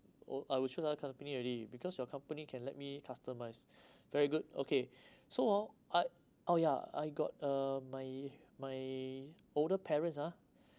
oh I would choose other company already because your company can let me customise very good okay so hor I oh ya I got uh my my older parents ah